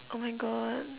oh my God